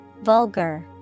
Vulgar